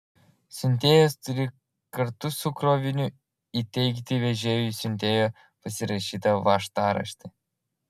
siuntėjas turi kartu su kroviniu įteikti vežėjui siuntėjo pasirašytą važtaraštį